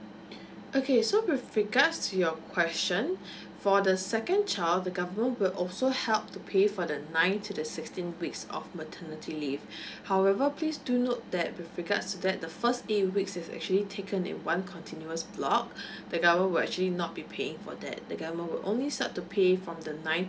okay so with regards to your question for the second child the government will also help to pay for the ninth to the sixteenth weeks of maternity leave however please do note that with regards to that the first eight weeks is actually taken in one continuous block the government will actually not be paying for that the government will only start to pay on the ninth